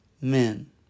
men